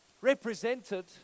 represented